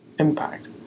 Impact